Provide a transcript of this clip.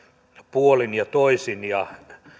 puolin ja toisin ja